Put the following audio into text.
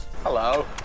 Hello